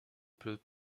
peut